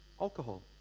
alcohol